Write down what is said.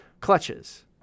clutches